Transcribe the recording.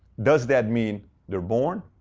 does that mean they're born?